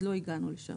עוד לא הגענו לשם.